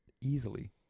easily